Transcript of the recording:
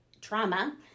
trauma